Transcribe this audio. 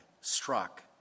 struck